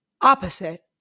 Opposite